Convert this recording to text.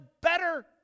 better